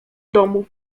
domu